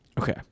Okay